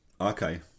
okay